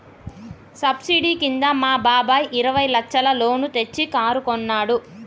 subsidy కింద మా బాబాయ్ ఇరవై లచ్చల లోన్ తెచ్చి కారు కొన్నాడు